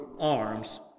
arms